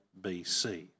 BC